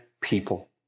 people